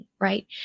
right